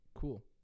Cool